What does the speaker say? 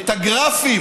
את הגרפים